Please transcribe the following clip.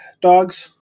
dogs